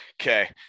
Okay